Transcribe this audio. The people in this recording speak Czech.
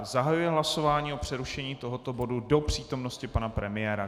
Zahajuji hlasování o přerušení tohoto bodu do přítomnosti pana premiéra.